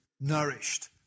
nourished